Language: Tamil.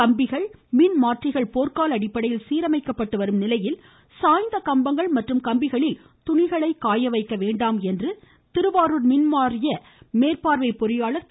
கம்பிகள் மற்றும் மின்மாற்றிகள் போர்க்கால அடிப்படையில் சீரமைக்கப்பட்டு வரும் நிலையில் சாய்ந்த கம்பங்கள் மற்றும் கம்பிகளில் துணிகளை காயவைக்க வேண்டாம் என்று திருவாரூர் மின்வாரிய மேற்பார்வை பொறியாளர் வி